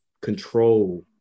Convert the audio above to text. control